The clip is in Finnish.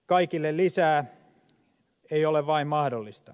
kaikille lisää ei ole vain mahdollista